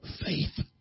faith